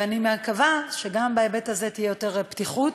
ואני מקווה שגם בהיבט הזה תהיה יותר פתיחות